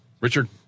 Richard